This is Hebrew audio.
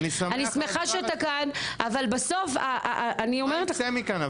אני שמחה שאתה כאן אבל בסוף -- מה יצא מכאן,